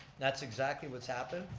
that's exactly what's happened.